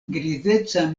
grizeca